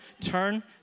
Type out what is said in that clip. turn